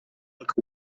look